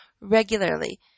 regularly